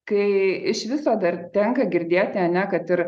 kai iš viso dar tenka girdėti ar ne kad ir